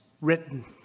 written